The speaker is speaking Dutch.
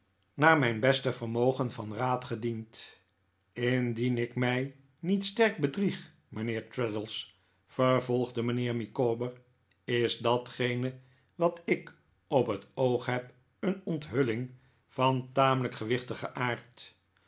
naar mijn beste vermogen van raad gediend indien ik mij niet sterk bedrieg mijnheer traddles vervolgde mijnheer micawber is datgene wat ik op het oog heb een onthulling van tamelijk gewichtigen aard